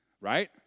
right